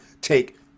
take